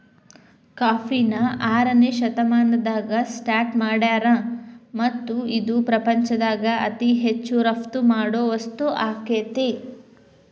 ಕಾಫಿನ ಆರನೇ ಶತಮಾನದಾಗ ಸ್ಟಾರ್ಟ್ ಮಾಡ್ಯಾರ್ ಮತ್ತ ಇದು ಪ್ರಪಂಚದಾಗ ಅತಿ ಹೆಚ್ಚು ರಫ್ತು ಮಾಡೋ ವಸ್ತು ಆಗೇತಿ